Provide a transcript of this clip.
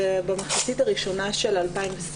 במחצית הראשונה של 2020,